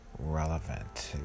Relevant